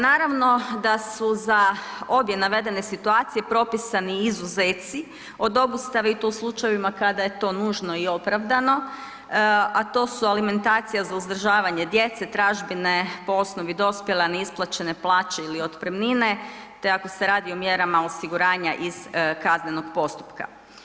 Naravno da su za ovdje navedene situacije propisani izuzeci od obustave i to u slučajevima kada je to nužno i opravdano, a to su alimentacija za uzdržavanje djece, tražbine po osnovi dospjele, a neisplaćene plaće ili otpremnine te ako se radi o mjerama osiguranja iz kaznenog postupka.